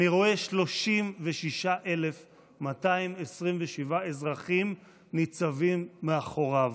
אני רואה 36,227 אזרחים ניצבים מאחוריו.